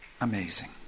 Amazing